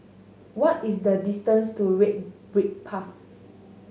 what is the distance to Red Brick Path